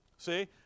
See